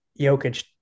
Jokic